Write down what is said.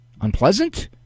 unpleasant